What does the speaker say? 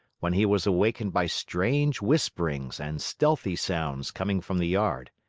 when he was awakened by strange whisperings and stealthy sounds coming from the yard.